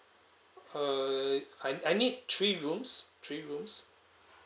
uh I I need three rooms three rooms